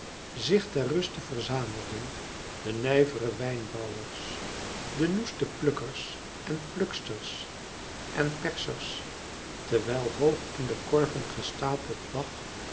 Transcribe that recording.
zich ter ruste verzamelden de nijvere wijnbouwers de noeste plukkers en pluksters en persers terwijl hoog in de korven gestapeld lag